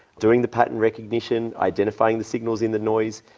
doing the patent recognition, identifying the signals in the noise,